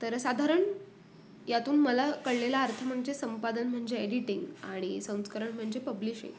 तर साधारण यातून मला कळलेला अर्थ म्हणजे संपादन म्हणजे एडिटिंग आणि संस्करण म्हणजे पब्लिशिंग